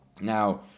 Now